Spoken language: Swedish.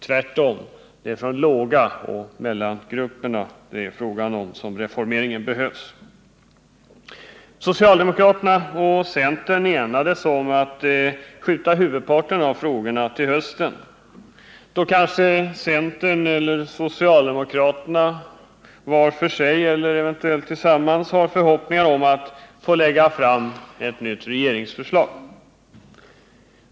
Tvärtom — det är för låginkomsttagarna och mellangrupperna som reformeringen behövs. Socialdemokraterna och centern enades om att skjuta huvudparten av frågorna till hösten, då kanske centern och socialdemokraterna — eller partierna var för sig — har förhoppningar om att få lägga fram ett nytt regeringsförslag.